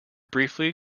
briefly